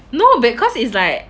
no because it's like